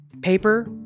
paper